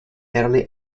early